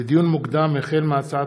לדיון מוקדם: החל בהצעת